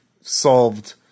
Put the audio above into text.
solved